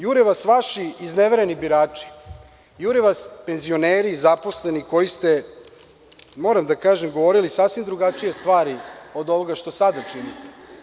Jure vas vaši iznevereni birači, jure vas penzioneri, zaposleni kojima ste, moram da kažem, govorili sasvim drugačije stvari od ovoga što sada činite.